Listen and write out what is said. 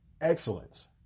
Excellence